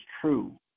true